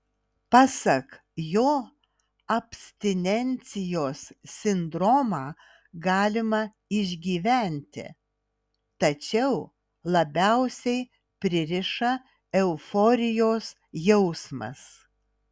pasak jo abstinencijos sindromą galima išgyventi tačiau labiausiai pririša euforijos jausmas